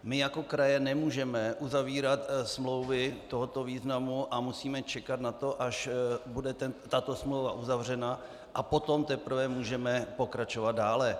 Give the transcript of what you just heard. My jako kraje nemůžeme uzavírat smlouvy tohoto významu a musíme čekat na to, až bude tato smlouva uzavřena, a potom teprve můžeme pokračovat dále.